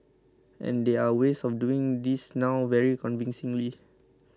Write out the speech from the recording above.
and there are ways of doing this now very convincingly